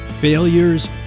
failures